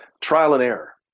Trial-and-error